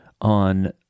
on